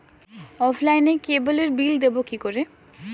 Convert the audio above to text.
অফলাইনে ক্যাবলের বিল দেবো কি করে?